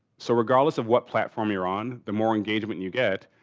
so, regardless of what platform you're on the more engagement you get,